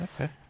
Okay